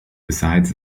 besides